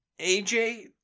AJ